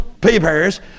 papers